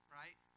right